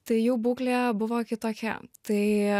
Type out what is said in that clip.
tai jų būklė buvo kitokia tai